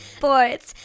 sports